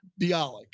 Bialik